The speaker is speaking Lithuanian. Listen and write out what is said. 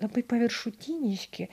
labai paviršutiniški